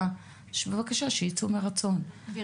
בבקשה שיצאו מרצון,